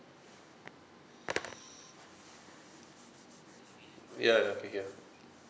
ya I can hear